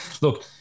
look